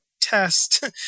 test